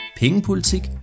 pengepolitik